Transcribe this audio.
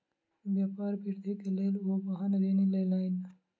व्यापार वृद्धि के लेल ओ वाहन ऋण लेलैन